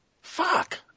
Fuck